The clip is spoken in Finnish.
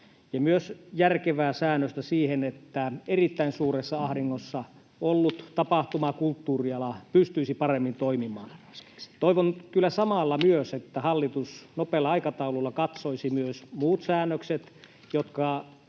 myös järkevää säännöstä siihen, että erittäin suuressa ahdingossa ollut tapahtuma- ja kulttuuriala pystyisi paremmin toimimaan. Toivon kyllä samalla myös, että hallitus nopealla aikataululla katsoisi myös muut säännökset, jotka